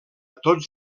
tots